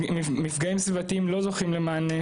מפגעים סביבתיים לא זוכים למענה,